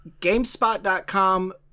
GameSpot.com